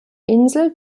insel